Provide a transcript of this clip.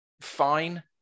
fine